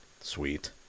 Sweet